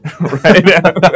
right